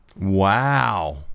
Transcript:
Wow